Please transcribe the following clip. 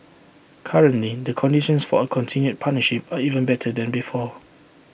currently the conditions for A continued partnership are even better than before